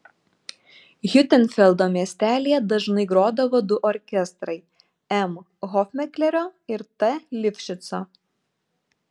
hiutenfeldo miestelyje dažnai grodavo du orkestrai m hofmeklerio ir t lifšico